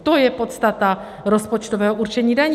To je podstata rozpočtového určení daní.